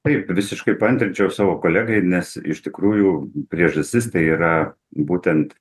taip visiškai paantrinčiau savo kolegai nes iš tikrųjų priežastis tai yra būtent